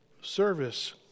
service